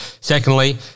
Secondly